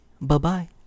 Bye-bye